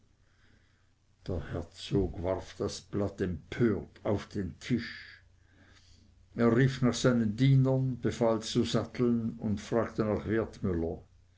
der herzog warf das blatt empört auf den tisch er rief nach seinen dienern befahl zu satteln und fragte nach wertmüller